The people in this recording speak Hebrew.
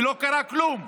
ולא קרה כלום.